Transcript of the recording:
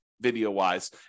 video-wise